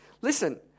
Listen